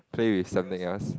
play with something else